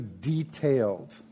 detailed